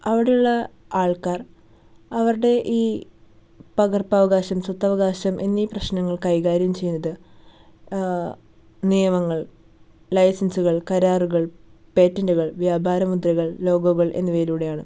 അവിടെയുള്ള ആള്ക്കാര് അവരുടെ ഈ പകര്പ്പവകാശം സ്വത്തവകാശം എന്നീ പ്രശ്നങ്ങള് കൈകാര്യം ചെയ്യുന്നത് നിയമങ്ങള് ലൈസന്സുകള് കരാറുകള് പേറ്റന്റ്റുകള് വ്യാപാരമുദ്രകള് ലോഗോകള് എന്നിവയിലൂടെയാണ്